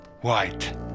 white